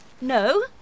No